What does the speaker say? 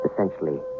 essentially